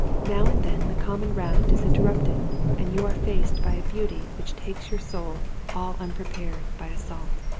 now and then the common round is interrupted and you are faced by a beauty which takes your soul, all unprepared, by assault.